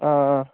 हां